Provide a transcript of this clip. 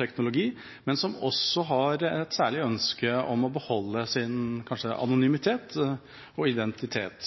teknologi, men som også har et særlig ønske om kanskje å beholde sin anonymitet og sin identitet.